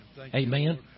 Amen